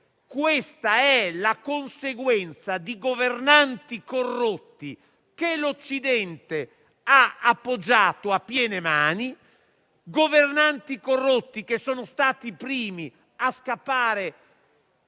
Questa è la conseguenza di governanti corrotti che l'Occidente ha appoggiato a piene mani e che sono stati i primi a scappare